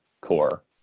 core